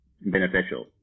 beneficial